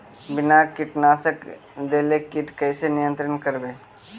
बिना कीटनाशक देले किट कैसे नियंत्रन करबै?